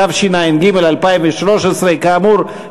התשע"ג 2013. כאמור,